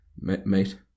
Mate